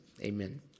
amen